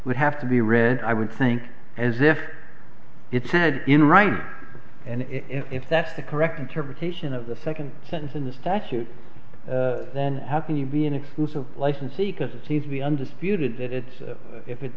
would have to be read i would think as if it said in writing and if that's the correct interpretation of the second sentence in the statute then how can you be an exclusive licensee because it seems to be undisputed that it's if it